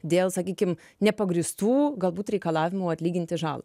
dėl sakykim nepagrįstų galbūt reikalavimų atlyginti žalą